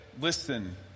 Listen